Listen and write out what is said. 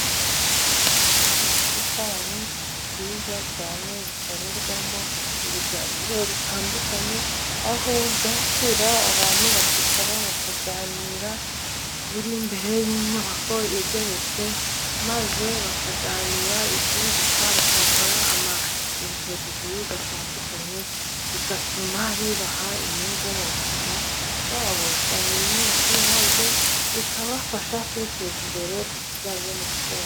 Mu busitani bwiza cyane bikorerwamo ibiganiro bitandukanye aho bakira abantu bakicara bakaganira, buri imbere y'inyubako igeretse maze bakaganira ibyunguka bagakora ama enteriviyu atandukanye bigatuma bibaha inyungu ,mu buzima bwabo bwa buri munsi maze bikabafasha kwiteza imbere ku bijyanye no gukora.